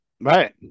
Right